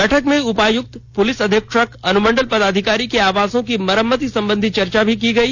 बैठक में उपाय्क्त पुलिस अधीक्षक अनुमण्डल पदाधिकारी के आवासों की मरम्मती से संबंधित चर्चा की गई